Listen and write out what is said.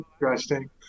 interesting